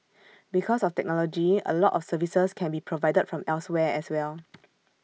because of technology A lot of services can be provided from elsewhere as well